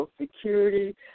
security